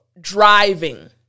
driving